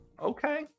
Okay